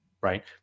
right